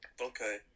Okay